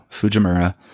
Fujimura